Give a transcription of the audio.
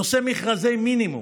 נושא מכרזי מינימום,